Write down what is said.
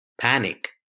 panic